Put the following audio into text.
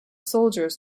soldiers